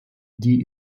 die